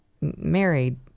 married